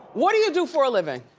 what do you do for a living?